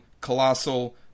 Colossal